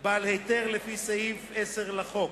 בעל היתר לפי סעיף 10 לחוק.